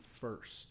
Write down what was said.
first